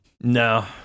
No